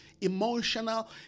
emotional